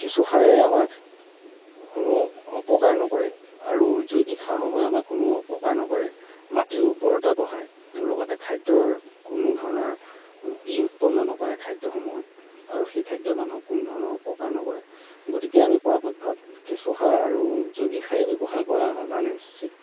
কেঁচু সাৰে আমাক কোনো অপকাৰ নকৰে আৰু জৈৱিক সাৰসমূহে আমাক অপকাৰ নকৰে মাটিৰ উৰ্বৰতা বঢ়াই লগতে খাদ্যৰ কোনো ধৰণৰ বিহ উৎপন্ন নকৰে খাদ্যসমূহত আৰু সেই খাদ্যই মানুহক কোনোধৰণৰ অপকাৰ নকৰে গতিকে আমি পৰাপক্ষত কেঁচু সাৰ আৰু জৈৱিক সাৰেই ব্যৱহাৰ কৰাৰ আমাৰ কাৰণে উচিত